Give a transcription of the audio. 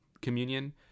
communion